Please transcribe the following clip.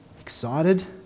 excited